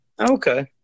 Okay